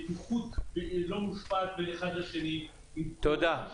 הבטיחות לא מושפעת בין אחד לאחר -- תודה.